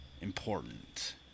important